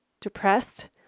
depressed